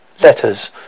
letters